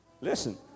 Listen